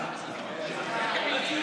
התשפ"א 2020,